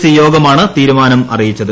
C യോഗമാണ് തീരുമാനം അറിയിച്ചത്